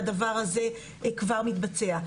והדבר הזה כבר מתבצע.